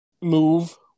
move